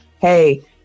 Hey